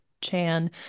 Chan